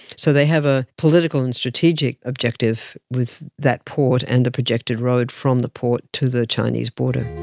so they have a political and strategic objective with that port and the projected road from the port to the chinese border.